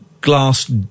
glass